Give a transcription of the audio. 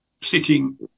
sitting